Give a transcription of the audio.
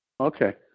Okay